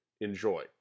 Enjoy